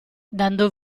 dando